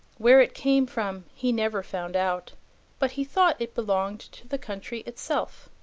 where it came from he never found out but he thought it belonged to the country itself.